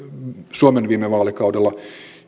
suomen viime vaalikaudella